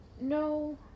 No